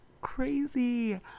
crazy